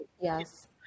Yes